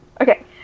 Okay